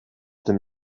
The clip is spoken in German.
dem